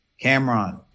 Cameron